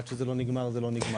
עד שזה לא נגמר זה לא נגמר.